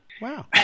Wow